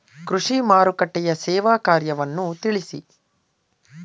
ಕೃಷಿ ಮಾರುಕಟ್ಟೆಯ ಸೇವಾ ಕಾರ್ಯವನ್ನು ತಿಳಿಸಿ?